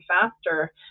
faster